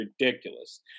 ridiculous